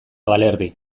balerdi